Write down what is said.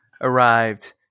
arrived